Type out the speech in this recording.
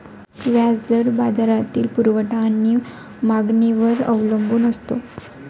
व्याज दर बाजारातील पुरवठा आणि मागणीवर अवलंबून असतो